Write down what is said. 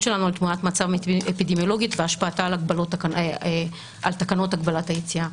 שלנו על תמונת מצב אפידמיולוגית והשפעתה תקנות הגבלת היציאה.